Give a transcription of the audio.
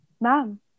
Mom